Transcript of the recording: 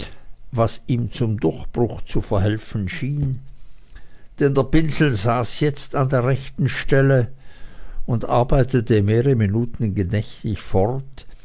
was ihm zum durchbruch zu verhelfen schien denn der pinsel saß jetzt an der rechten stelle und arbeitete mehrere minuten gemächlich fort